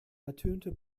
ertönte